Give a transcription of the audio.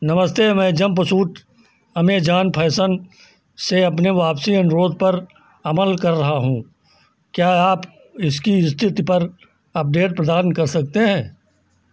नमस्ते मैं जम्पसूट के लिए अमेजान फैशन से अपने वापसी अनुरोध पर अमल कर रहा हूँ क्या आप इसकी स्थिति पर अपडेट प्रदान कर सकते हैं